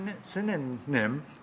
synonym